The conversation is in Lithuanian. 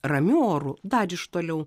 ramiu oru dar iš toliau